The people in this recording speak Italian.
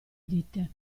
dite